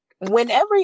Whenever